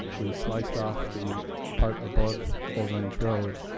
we sliced off the part above old ranch road,